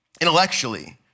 Intellectually